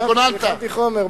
ישבתי והכנתי חומר,